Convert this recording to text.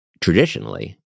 traditionally